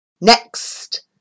Next